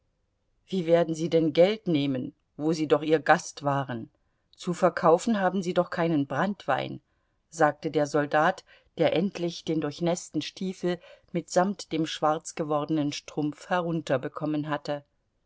wie werden sie denn geld nehmen wo sie doch ihr gast waren zu verkaufen haben sie doch keinen branntwein sagte der soldat der endlich den durchnäßten stiefel mitsamt dem schwarz gewordenen strumpf herunterbekommen hatte